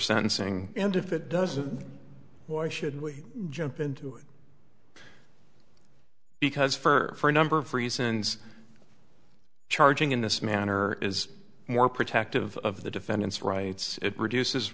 sentencing and if it doesn't why should we jump into it because for a number of reasons charging in this manner is more protective of the defendant's rights it reduces